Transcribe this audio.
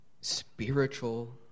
spiritual